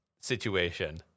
situation